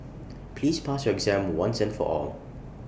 please pass your exam once and for all